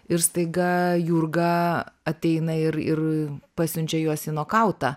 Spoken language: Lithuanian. ir staiga jurga ateina ir ir pasiunčia juos į nokautą